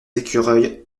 ecureuils